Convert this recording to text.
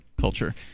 culture